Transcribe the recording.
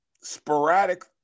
sporadic